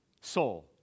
soul